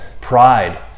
pride